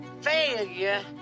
Failure